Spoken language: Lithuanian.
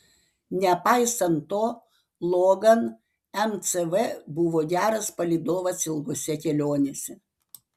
nepaisant to logan mcv buvo geras palydovas ilgose kelionėse